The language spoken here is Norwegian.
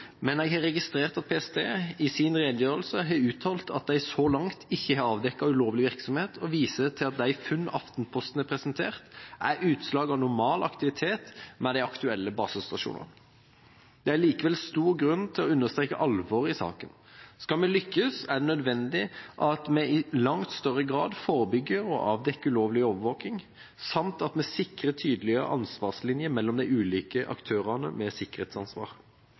Men jeg har registrert at PST i sin redegjørelse har uttalt at de så langt ikke har avdekket ulovlig virksomhet, og viser til at de funn Aftenposten har presentert, er utslag av normal aktivitet ved de aktuelle basestasjonene. Det er likevel stor grunn til å understreke alvoret i saken. Skal vi lykkes, er det nødvendig at vi i langt større grad forebygger og avdekker ulovlig overvåking, samt at vi sikrer tydeligere ansvarslinjer mellom de ulike aktørene med sikkerhetsansvar.